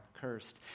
cursed